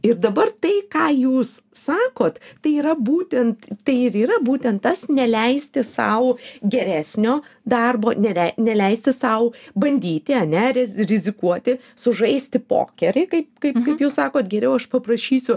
ir dabar tai ką jūs sakot tai yra būtent tai ir yra būtent tas neleisti sau geresnio darbo nelei neleisti sau bandyti a ne riz rizikuoti sužaisti pokerį kaip kaip kaip jūs sakot geriau aš paprašysiu